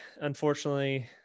Unfortunately